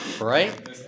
right